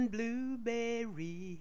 Blueberry